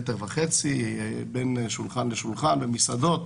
מטר וחצי בין שולחן לשולחן במסעדות,